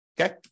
okay